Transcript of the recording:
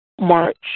March